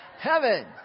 Heaven